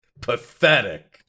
Pathetic